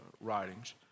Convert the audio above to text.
writings